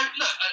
look